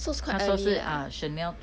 oh so it's quite early lah